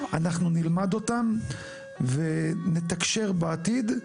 אנחנו נלמד אותם ונתקשר בעתיד,